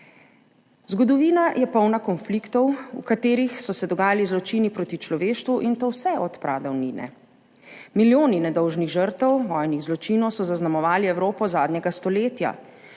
Zgodovina je polna konfliktov, v katerih so se dogajali zločini proti človeštvu, in to vse od pradavnine. Milijoni nedolžnih žrtev vojnih zločinov so zaznamovali Evropo zadnjega stoletja,